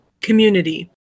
Community